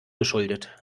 geschuldet